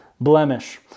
blemish